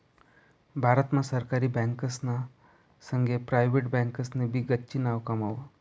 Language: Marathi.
भारत मा सरकारी बँकासना संगे प्रायव्हेट बँकासनी भी गच्ची नाव कमाव